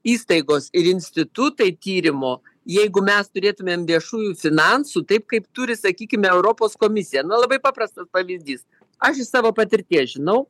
įstaigos ir institutai tyrimo jeigu mes turėtumėm viešųjų finansų taip kaip turi sakykime europos komisija na labai paprastas pavyzdys aš iš savo patirties žinau